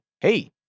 hey